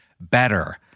better